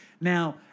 Now